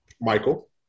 michael